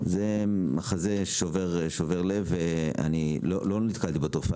זה מחזה שובר לב ואני לא נתקלתי בתופעה,